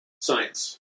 science